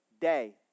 day